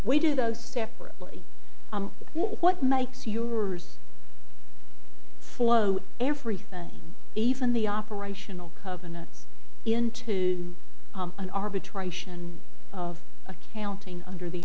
we do those separately what makes your follow everything even the operational covenants into an arbitration of accounting under the